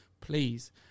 please